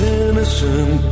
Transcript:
innocent